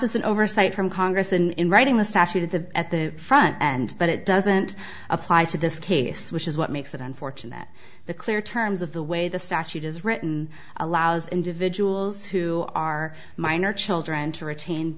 as an oversight from congress and in writing the statute at the at the front end but it doesn't apply to this case which is what makes it unfortunate that the clear terms of the way the statute is written allows individuals who are minor children to